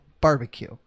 barbecue